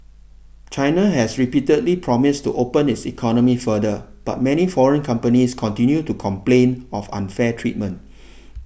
China has repeatedly promised to open its economy further but many foreign companies continue to complain of unfair treatment